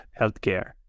healthcare